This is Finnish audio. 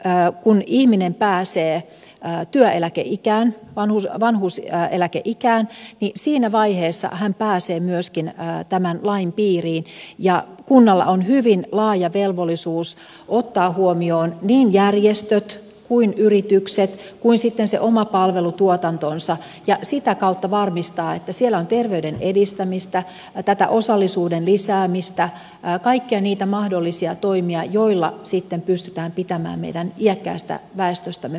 eli kun ihminen pääsee työeläkeikään vanhuseläkeikään niin siinä vaiheessa hän myöskin pääsee tämän lain piiriin ja kunnalla on hyvin laaja velvollisuus ottaa huomioon niin järjestöt kuin yritykset kuin sitten se oma palvelutuotantonsa ja sitä kautta varmistaa että siellä on terveyden edistämistä tätä osallisuuden lisäämistä kaikkia niitä mahdollisia toimia joilla sitten pystytään pitämään meidän iäkkäästä väestöstämme parempaa huolta